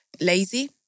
lazy